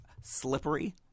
slippery